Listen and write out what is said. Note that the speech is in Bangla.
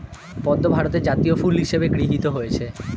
পদ্ম ভারতের জাতীয় ফুল হিসেবে গৃহীত হয়েছে